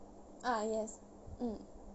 ah yes um